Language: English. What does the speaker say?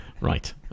right